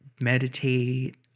meditate